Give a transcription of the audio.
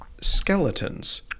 skeletons